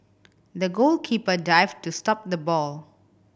the goalkeeper dived to stop the ball